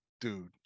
dude